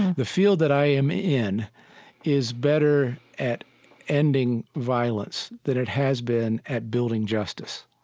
the field that i am in is better at ending violence than it has been at building justice